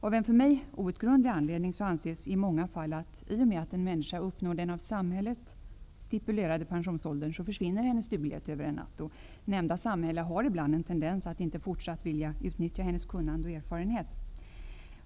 Av en för mig outgrundlig anledning anses i många fall, att i och med att en människa uppnår den av samhället stipulerade pensionsåldern försvinner hennes duglighet över en natt. Nämnda samhälle har ibland en tendens att inte fortsatt vilja utnyttja hennes kunnande och erfarenhet.